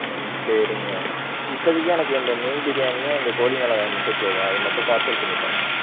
ஆ சரிங்க இப்போதிக்கு எனக்கு இந்த மீன் பிரியாணியும் அந்த கோழி மிளகாயும் மட்டும் போதும் அது மட்டும் பார்சல் பண்ணி தாங்க